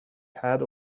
had